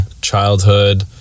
childhood